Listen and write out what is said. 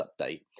update